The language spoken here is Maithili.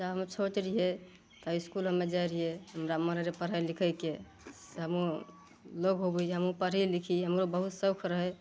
जब हम छोट रहियै तऽ इसकुल आरमे जाइ रहियै हमरा मन रहए पढ़ए लिखैके हमहुँ होबै जे हमहुँ पढ़ी लिखी हमरो बहुत शौख रहए